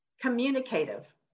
communicative